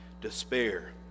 despair